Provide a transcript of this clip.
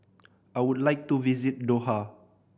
I would like to visit Doha